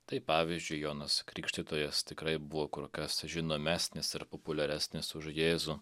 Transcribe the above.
tai pavyzdžiui jonas krikštytojas tikrai buvo kur kas žinomesnis ir populiaresnis už jėzų